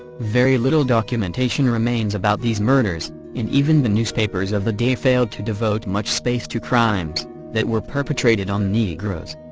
very little documentation remains about these murders and even the newspapers of the day failed to devote much space to crimes that were perpetrated on negroes.